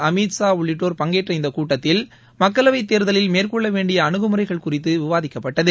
அமித் ஷா உள்ளிட்டோர் பங்கேற்ற இந்த கூட்டத்தில் மக்களவைத் தேர்தலில் மேற்கொள்ள வேண்டிய அனுகுமுறைகள் குறித்து விவாதிக்கப்பட்டது